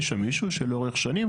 בגלל שיש שם מישהו שלאורך שנים,